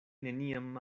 neniam